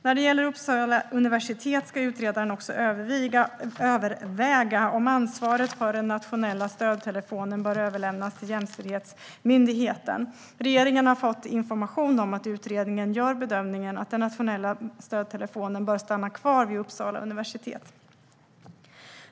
När det gäller Uppsala universitet ska utredaren också överväga om ansvaret för den nationella stödtelefonen bör överföras till jämställdhetsmyndigheten. Regeringen har fått information om att utredningen gör bedömningen att den nationella stödtelefonen bör stanna kvar vid Uppsala universitet.